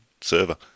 server